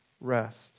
rest